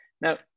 now